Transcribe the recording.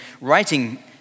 writing